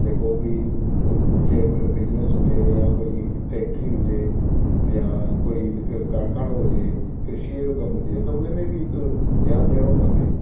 जेको बि हुजे बिजनेस हुजे या कोई फैक्ट्री हुजे या कोई हिकु कारखानो हुजे कृषि जो बि कम हुजे त हुनमें ईंदो ध्यानु ॾियणो खपे